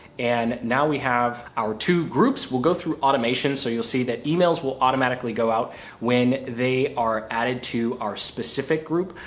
and now we have our two groups, we'll go through automation. so you'll see that emails will automatically go out when they are added to our specific group,